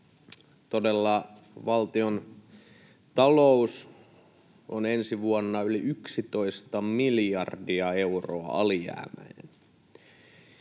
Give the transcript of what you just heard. Todella, kun valtiontalous on ensi vuonna yli 11 miljardia euroa alijäämäinen,